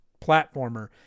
platformer